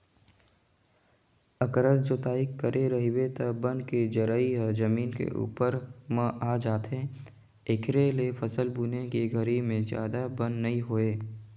अकरस जोतई करे रहिबे त बन के जरई ह जमीन के उप्पर म आ जाथे, एखरे ले फसल बुने के घरी में जादा बन नइ होय